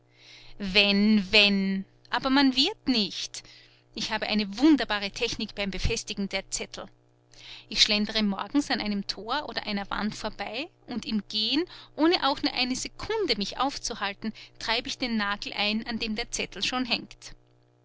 wenn wenn aber man wird nicht ich habe eine wunderbare technik beim befestigen der zettel ich schlendere morgens an einem tor oder einer wand vorbei und im gehen ohne auch nur eine sekunde mich aufzuhalten treibe ich den nagel ein an dem der zettel schon hängt